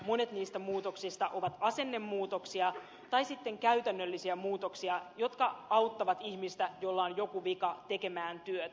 monet niistä muutoksista ovat asennemuutoksia tai sitten käytännöllisiä muutoksia jotka auttavat ihmistä jolla on joku vika tekemään työtä